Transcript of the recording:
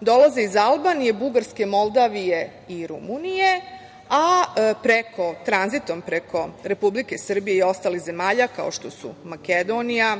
dolaze iz Albanije, Bugarske, Moldavije i Rumunije, a tranzitom preko Republike Srbije i ostalih zemalja, kao što su Makedonija,